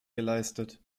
geleistet